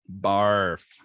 barf